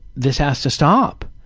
this has to stop.